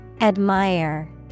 admire